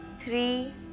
three